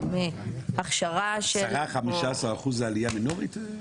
מהכשרה --- 15-10 אחוז זו עלייה מינורית?